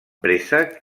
préssec